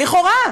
לכאורה,